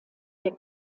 der